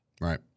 Right